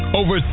over